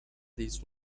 these